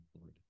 Lord